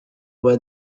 where